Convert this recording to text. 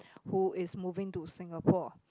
who is moving to Singapore